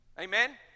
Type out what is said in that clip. Amen